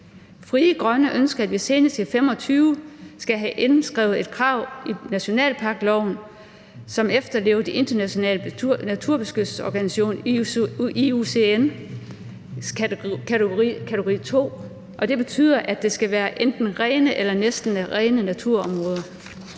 Frie Grønne ønsker, at vi senest i 2025 skal have indskrevet et krav i nationalparkloven, som efterlever den internationale naturbeskyttelsesorganisation IUCN's kategori II, og det betyder, at det skal være enten rene eller næsten rene naturområder.